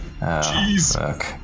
Jeez